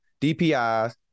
DPIs